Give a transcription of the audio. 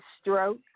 stroke